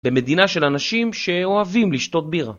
במדינה של אנשים שאוהבים לשתות בירה.